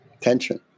tension